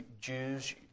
Jews